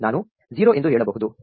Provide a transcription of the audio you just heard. ನಾನು 0 ಎಂದು ಹೇಳಬಹುದು